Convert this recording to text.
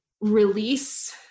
release